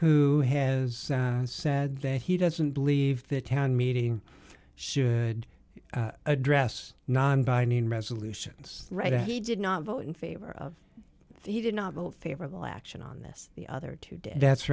who has said that he doesn't believe the town meeting should address non binding resolutions right and he did not vote in favor of he did not vote favorable action on this the other two day that's